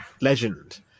legend